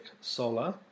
Solar